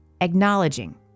acknowledging